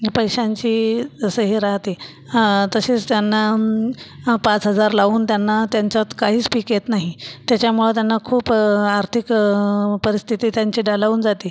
पैशांची असं हे राहते तशेच त्यांना पाच हजार लावून त्यांना त्यांच्यात काहीच पीक येत नाही त्याच्यामुळं त्यांना खूपं आर्थिक परिस्थिती त्यांची डालावून जाते